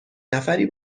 نفری